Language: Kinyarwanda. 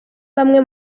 bamwe